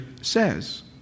says